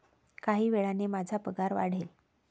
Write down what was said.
काही वेळाने माझा पगार वाढेल